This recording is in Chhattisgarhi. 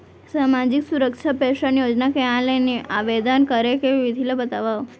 सामाजिक सुरक्षा पेंशन योजना के ऑनलाइन आवेदन करे के विधि ला बतावव